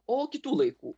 o kitų laikų